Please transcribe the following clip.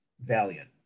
Valiant